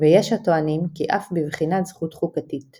ויש הטוענים כי אף בבחינת זכות חוקתית".